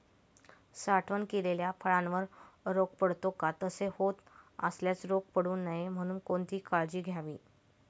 साठवण केलेल्या फळावर रोग पडतो का? तसे होत असल्यास रोग पडू नये म्हणून कोणती काळजी घ्यावी?